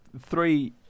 three